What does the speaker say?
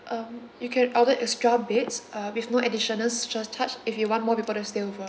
um you can order extra beds uh with no additional surcharge if you want more people to stay over